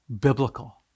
biblical